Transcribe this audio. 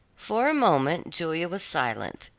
for a moment julia was silent,